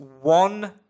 one